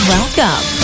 Welcome